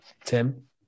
Tim